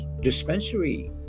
dispensary